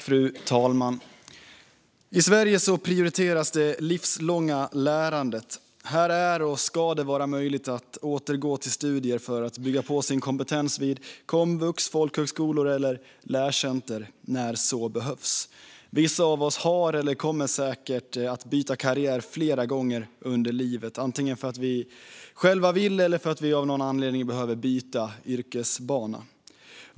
Fru talman! I Sverige prioriteras det livslånga lärandet. Här är och ska det vara möjligt att återgå till studier för att bygga på sin kompetens vid komvux, folkhögskolor eller lärcenter när så behövs. Vissa av oss har bytt karriär eller kommer säkert att byta karriär flera gånger under livet antingen för att vi själva vill eller för att vi av någon anledning behöver byta yrkesbana.